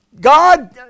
God